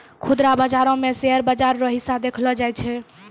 खुदरा बाजारो मे शेयर बाजार रो हिस्सा देखलो जाय छै